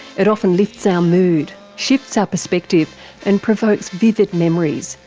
it often lifts our moods, shifts our perspective and provokes vivid memories,